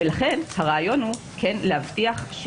ולכן הרעיון הוא להבטיח,